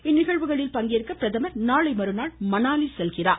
இந்நிகழ்வுகளில் பங்கேற்க பிரதமர் நாளை மறுநாள் மணாலி செல்கிறார்